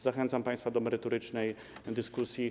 Zachęcam państwa do merytorycznej dyskusji.